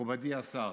מכובדי השר,